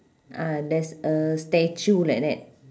ah there's a statue like that